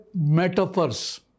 metaphors